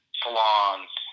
salons